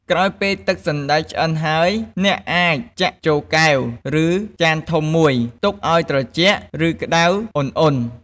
ក្រោយពេលទឹកសណ្ដែកឆ្អិនហើយ អ្នកអាចចាក់ចូលកែវ ឬចានធំមួយ ទុកឱ្យត្រជាក់ ឬក្តៅឧណ្ហៗ។